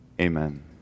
amen